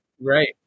Right